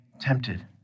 tempted